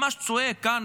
ממש צועק כאן,